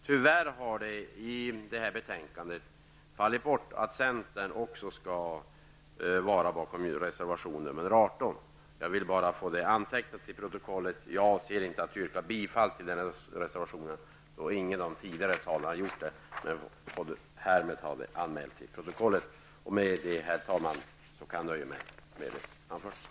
Tyvärr har det i betänkandet fallit bort att centern också ansluter sig till reservation 18. Jag avser inte att yrka bifall till reservationen, men vill få detta antecknat till protokollet. Ingen av de tidigare talarna har heller yrkat bifall till den.